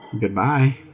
Goodbye